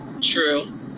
True